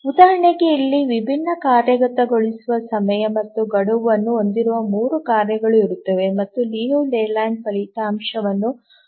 ಉದಾಹರಣೆಗೆ ಇಲ್ಲಿ ವಿಭಿನ್ನ ಕಾರ್ಯಗತಗೊಳಿಸುವ ಸಮಯ ಮತ್ತು ಗಡುವನ್ನು ಹೊಂದಿರುವ 3 ಕಾರ್ಯಗಳು ಇರುತ್ತವೆ ಮತ್ತು ಲಿಯು ಲೇಲ್ಯಾಂಡ್ ಫಲಿತಾಂಶವನ್ನು ಪರಿಶೀಲಿಸಬೇಕಾಗಿದೆ